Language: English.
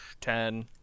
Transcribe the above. ten